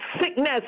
sickness